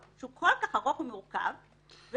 אנחנו דנים בהצעת חוק ההוצאה לפועל (תיקון מס' 58)